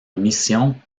missions